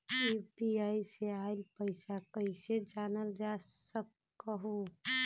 UPI से आईल पैसा कईसे जानल जा सकहु?